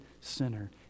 sinner